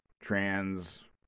Trans